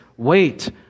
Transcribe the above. wait